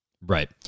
Right